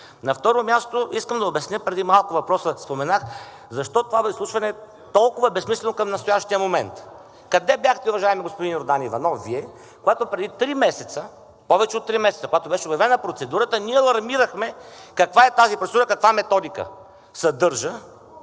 На второ място, искам да обясня въпроса, а и преди малко споменах защо това изслушване е толкова безсмислено към настоящия момент. Къде бяхте Вие, уважаеми господин Йордан Иванов, когато преди повече от три месеца, когато беше обявена процедурата, ние алармирахме каква е тази процедура, каква методика съдържа,